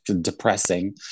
depressing